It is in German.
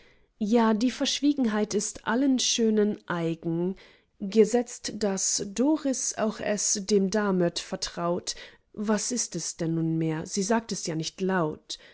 schweigen ja die verschwiegenheit ist allen schönen eigen gesetzt daß doris auch es dem damöt vertraut was ist es denn nun mehr sie sagt es ja nicht laut